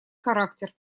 характер